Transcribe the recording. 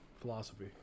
philosophy